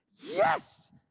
yes